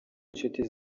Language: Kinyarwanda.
inshuti